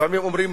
לפעמים אומרים